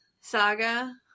saga